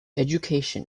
education